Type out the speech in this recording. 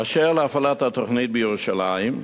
אשר להפעלת התוכנית בירושלים,